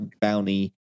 bounty